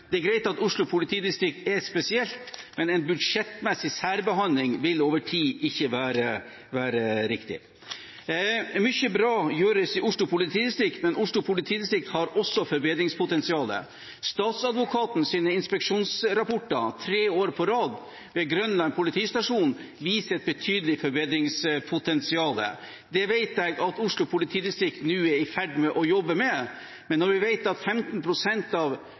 Det er greit at Oslo politidistrikt er spesielt, men en budsjettmessig særbehandling vil over tid ikke være riktig. Mye bra gjøres i Oslo politidistrikt, men Oslo politidistrikt har også forbedringspotensial. Statsadvokatens inspeksjonsrapporter tre år på rad ved Grønland politistasjon viser et betydelig forbedringspotensial. Det vet jeg at Oslo politidistrikt nå er i ferd med å jobbe med, men når vi vet at 15 pst. av